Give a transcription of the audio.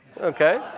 Okay